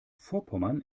vorpommern